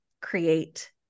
create